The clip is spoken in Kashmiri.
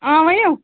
آ ؤنِو